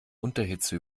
unterhitze